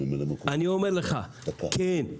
אני אומר לך, כן,